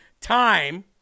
Time